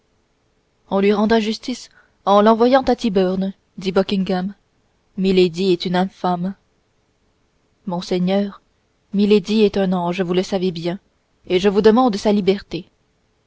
on lui rendra justice en l'envoyant à tyburn dit buckingham milady est une infâme monseigneur milady est un ange vous le savez bien et je vous demande sa liberté